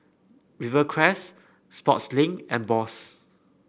Rivercrest Sportslink and Bose